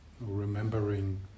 Remembering